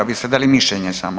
Vi ste dali mišljenje samo.